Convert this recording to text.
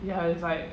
ya it's like